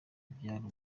byari